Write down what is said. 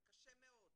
זה קשה מאוד.